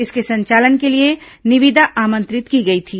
इसके संचालन के लिए निविदा आमंत्रित की गई थी